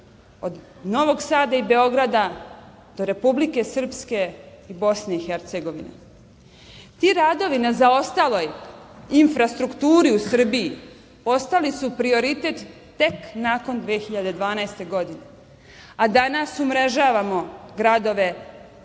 od Novog Sada i Beograda do Republike Srpske i Bosne i Hercegovine. Ti radovi na zaostaloj infrastrukturi u Srbiji postali su prioritet tek nakon 2012. godine, a danas umrežavamo gradove